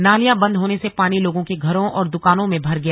नालियां बंद होने से पानी लोगों के घरों और दुकानों में भर गया